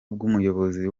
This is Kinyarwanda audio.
bw’umuyobozi